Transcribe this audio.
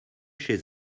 chez